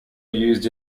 used